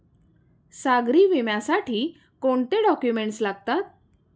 सागरी विम्यासाठी कोणते डॉक्युमेंट्स लागतात?